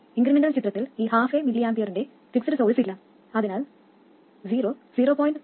incremental ചിത്രത്തിൽ ഈ half mA ന്റെ ഫിക്സ്ഡ് സോഴ്സ് ഇല്ല അതിനാൽ 0 0